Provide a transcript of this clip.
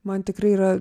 man tikrai yra